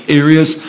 areas